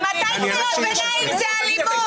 ממתי קריאת ביניים זה אלימות?